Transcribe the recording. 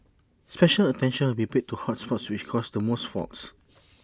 special attention will be paid to hot spots which cause the most faults